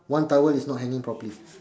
one towel is not hanging properly